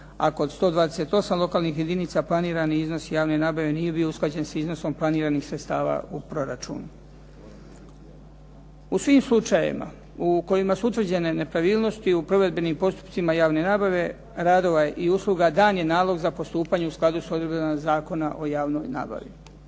a kod 128 lokalnih jedinica planirani iznos javne nabave nije bio usklađen sa iznosom planiranih sredstava u proračunu. U svim slučajevima u kojima su utvrđene nepravilnosti u provedbenim postupcima javne nabave radova i usluga dan je nalog za postupanje u skladu s odredbama Zakona o javnoj nabavi.